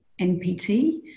NPT